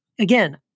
again